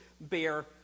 bear